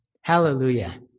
Hallelujah